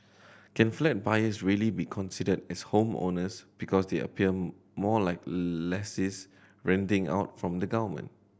can flat buyers really be considered as homeowners because they appear more like lessees renting out from the government